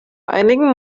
einigen